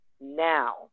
Now